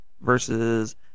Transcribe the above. versus